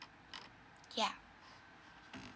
ya